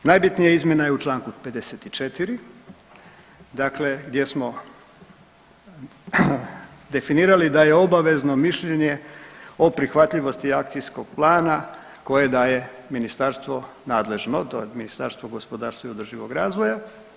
Najbitnija izmjena je u čl. 54 dakle gdje smo definirali da je obavezno mišljenje o prihvatljivosti akcijskog plana koje daje ministarstvo nadležno, to je Ministarstvo gospodarstva i održivoga razvoja.